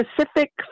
specific